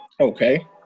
Okay